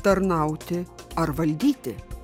tarnauti ar valdyti